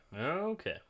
Okay